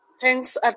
Thanks